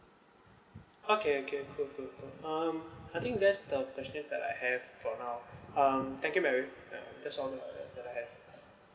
okay okay cool cool cool um I think there's the questions that I have for now um thank you very uh that's all uh that I have